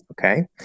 okay